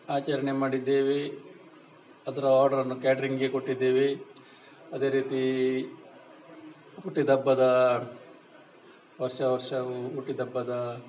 ಆಚರಣೆ ಮಾಡಿದ್ದೇವೆ ಅದರ ಆರ್ಡರನ್ನು ಕ್ಯಾಟ್ರಿಂಗಿಗೆ ಕೊಟ್ಟಿದ್ದೇವೆ ಅದೇ ರೀತಿ ಹುಟ್ಟಿದಬ್ಬದ ವರ್ಷ ವರ್ಷವು ಹುಟ್ಟಿದ ಹಬ್ಬದ